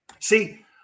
See